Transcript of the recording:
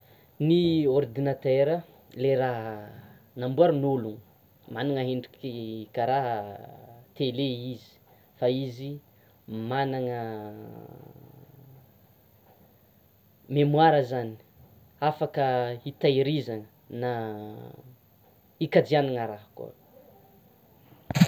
Ny ordinateur le raha namboarin'olono manana hendriky karaha télé izy; fa izy manana mémoire zany hafaka hitahirizana na hikajianana raha koa.